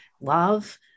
love